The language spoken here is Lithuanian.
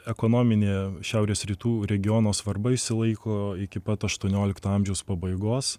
ekonominė šiaurės rytų regiono svarba išsilaiko iki pat aštuoniolikto amžiaus pabaigos